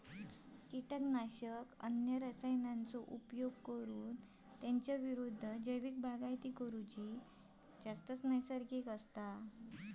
किटकनाशक, अन्य रसायनांचो उपयोग करणार्यांच्या विरुद्ध जैविक बागायती करना जास्त नैसर्गिक हा